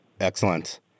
Excellent